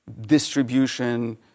distribution